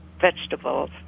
vegetables